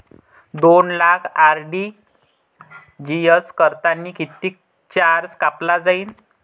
दोन लाख आर.टी.जी.एस करतांनी कितीक चार्ज कापला जाईन?